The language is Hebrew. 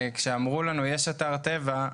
כשאמרו לנו שיש אתר טבע,